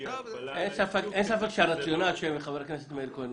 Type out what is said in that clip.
אין ספק שהרציונל שאומר חבר הכנסת כהן,